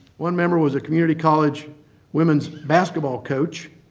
one member was a community college women's basketball coach.